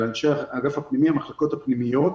המחלקות הפנימיות,